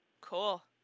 Cool